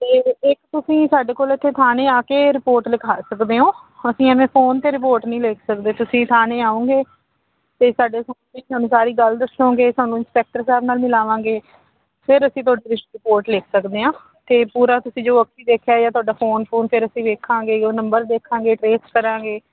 ਅਤੇ ਇੱਕ ਤੁਸੀਂ ਸਾਡੇ ਕੋਲ ਇੱਥੇ ਥਾਣੇ ਆ ਕੇ ਰਿਪੋਰਟ ਲਿਖਾ ਸਕਦੇ ਹੋ ਅਸੀਂ ਐਵੇਂ ਫੋਨ 'ਤੇ ਰਿਪੋਰਟ ਨਹੀਂ ਲਿਖ ਸਕਦੇ ਤੁਸੀਂ ਥਾਣੇ ਆਉਂਗੇ ਅਤੇ ਸਾਡੇ ਸਾਹਮਣੇ ਸਾਨੂੰ ਸਾਰੀ ਗੱਲ ਦੱਸੋਂਗੇ ਤੁਹਾਨੂੰ ਇੰਸਪੇਕਟਰ ਸਾਹਿਬ ਨਾਲ ਮਿਲਾਵਾਂਗੇ ਫੇਰ ਅਸੀਂ ਤੁਹਾਡੀ ਰਿਪੋਰਟ ਲਿਖ ਸਕਦੇ ਹਾਂ ਅਤੇ ਪੂਰਾ ਤੁਸੀਂ ਜੋ ਅੱਖੀਂ ਦੇਖਿਆ ਜਾਂ ਤੁਹਾਡਾ ਫੋਨ ਫੋਨ ਫਿਰ ਅਸੀਂ ਵੇਖਾਂਗੇ ਉਹ ਨੰਬਰ ਦੇਖਾਂਗੇ ਟ੍ਰੇਸ ਕਰਾਂਗੇ